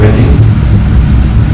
oh laku tak